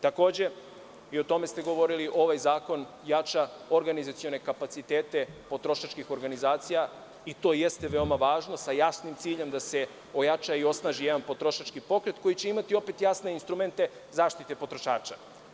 Takođe, ovaj zakon jača organizacione kapacitete potrošačkih organizacija i to jeste veoma važno, sa jasnim ciljem da se ojača i osnaži jedan potrošački pokret, koji će imati opet jasne instrumente zaštite potrošača.